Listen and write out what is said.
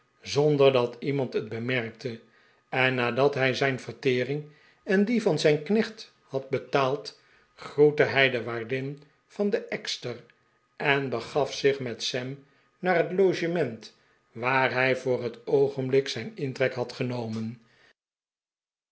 zonder dat iemand het bemerkte en nadat hij zijn vertering en die van zijn knecht had betaald groette hij de waardin van de ekster en begaf zich met sam naar het logement waar hij voor het oogenblik zijn intrek had genomen